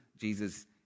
Jesus